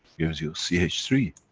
gives you c h three.